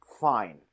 fine